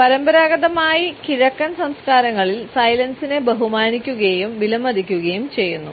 പരമ്പരാഗതമായി കിഴക്കൻ സംസ്കാരങ്ങളിൽ സൈലൻസിനെ ബഹുമാനിക്കുകയും വിലമതിക്കുകയും ചെയ്യുന്നു